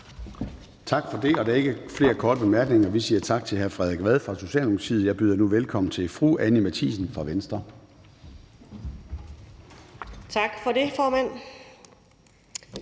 Tak for det. Der er ikke flere korte bemærkninger. Vi siger tak til hr. Frederik Vad fra Socialdemokratiet. Jeg byder nu velkommen til fru Anni Matthiesen fra Venstre. Kl. 13:23 (Ordfører)